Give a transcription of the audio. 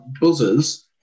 buzzers